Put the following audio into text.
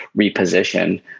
reposition